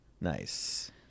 Nice